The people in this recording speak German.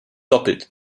doppelt